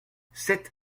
sept